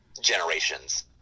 Generations